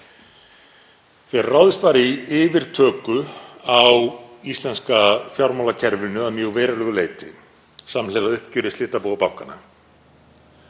Þegar ráðist var í yfirtöku á íslenska fjármálakerfinu að mjög verulegu leyti samhliða uppgjöri slitabúa bankanna